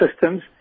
systems